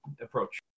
approach